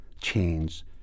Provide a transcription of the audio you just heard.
change